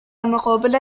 مقابل